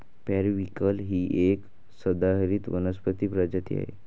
periwinkle ही एक सदाहरित वनस्पती प्रजाती आहे